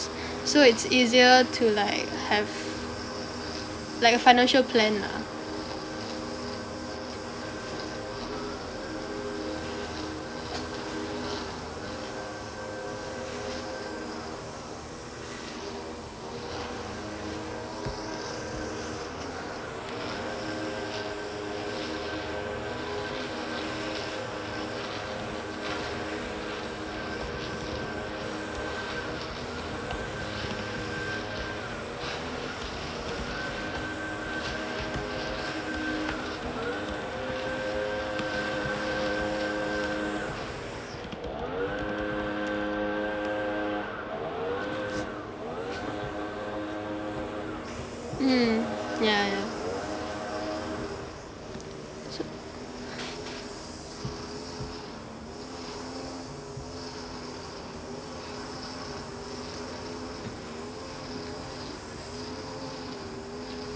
so it's easier to like have like a financial plan lah mm yeah yeah so